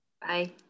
Bye